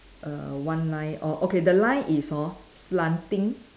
err one line o~ okay the line is hor slanting